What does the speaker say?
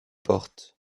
portes